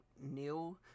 new